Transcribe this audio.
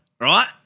right